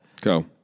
Go